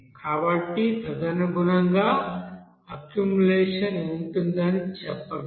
కాబట్టి తదనుగుణంగా అక్యుములేషన్ ఉంటుందని చెప్పగలను